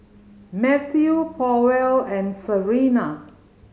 Matthew Powell and Sarina